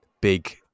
big